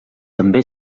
també